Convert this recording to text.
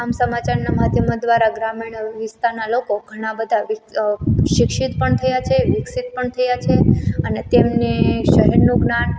આમ સમાચારના માધ્યમો દ્વારા ગ્રામીણ વિસ્તારના લોકો ઘણાબધા શિક્ષિત પણ થયા છે વિકસિત પણ થયા છે અને તેમને શહેરનું જ્ઞાન